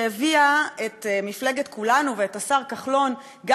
שהביאה את מפלגת כולנו ואת השר כחלון גם